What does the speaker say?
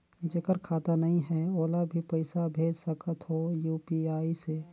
जेकर खाता नहीं है ओला भी पइसा भेज सकत हो यू.पी.आई से?